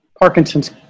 Parkinson's